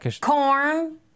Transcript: Corn